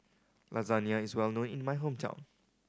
lasagne is well known in my hometown